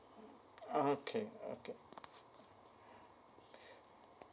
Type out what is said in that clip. okay okay